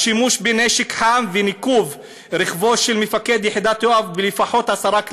השימוש בנשק חם וניקוב רכבו של מפקד יחידת יואב בלפחות עשרה קליעים,